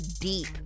deep